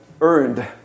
earned